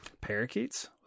parakeets